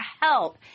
help